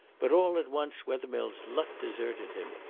but all at once wethermill's luck deserted him.